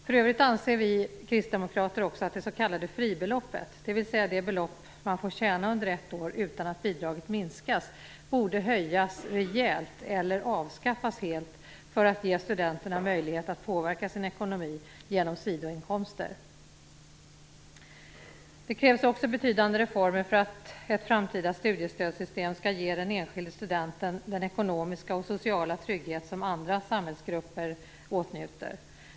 För övrigt anser vi kristdemokrater att det s.k. fribeloppet, dvs. det belopp som man får tjäna under ett år utan att bidraget minskas, borde höjas rejält eller avskaffas helt för att ge studenterna möjlighet att påverka sin ekonomi genom sidoinkomster. Det krävs också betydande reformer för att ett framtida studiestödssystem skall ge den enskilde studenten den ekonomiska och sociala trygghet som andra samhällsgrupper åtnjuter.